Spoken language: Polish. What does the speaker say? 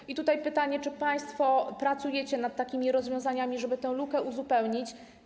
I tutaj pytanie: Czy państwo pracujecie nad takimi rozwiązaniami, żeby tę lukę uzupełnić?